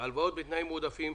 הלוואות בתנאים מועדפים,